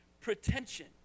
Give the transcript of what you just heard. pretension